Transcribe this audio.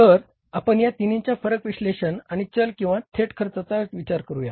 तर आपण या तिन्हींच्या फरक विश्लेषण आणि चल किंवा थेट खर्चाचा विचार करूया